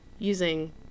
using